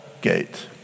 gate